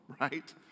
right